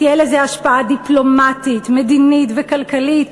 תהיה לזה השפעה דיפלומטית, מדינית וכלכלית.